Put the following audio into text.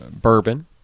bourbon